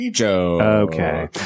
Okay